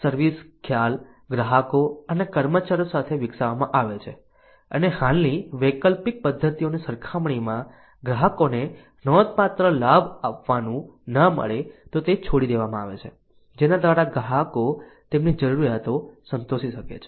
service ખ્યાલ ગ્રાહકો અને કર્મચારીઓ સાથે ચકાસવામાં આવે છે અને હાલની વૈકલ્પિક પદ્ધતિઓની સરખામણીમાં ગ્રાહકોને નોંધપાત્ર લાભ આપવાનું ન મળે તો તે છોડી દેવામાં આવે છે જેના દ્વારા ગ્રાહકો તેમની જરૂરિયાત સંતોષી શકે છે